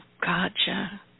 gotcha